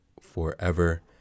forever